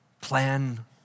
Plan